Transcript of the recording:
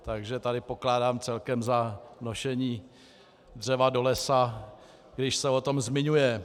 Takže tady pokládám celkem za nošení dřeva do lesa, když se o tom zmiňuje.